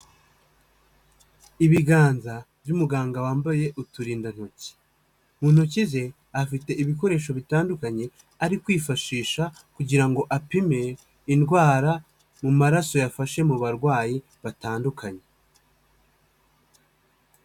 Ibiganza by'umuganga wambaye uturindantoki. Mu ntoki ze afite ibikoresho bitandukanye ari kwifashisha kugira ngo apime indwara mu maraso yafashe mu barwayi batandukanye.